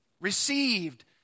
received